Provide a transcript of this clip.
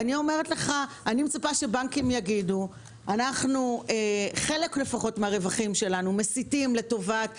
אני מצפה שבנקים יגידו שחלק מהרווחים שלהם הם מסיטים לטובת הסברה,